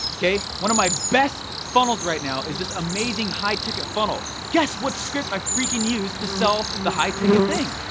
one of my best funnels right now is this amazing high ticket funnel. guess what script i freaking used to sell the high ticket thing?